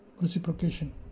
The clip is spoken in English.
reciprocation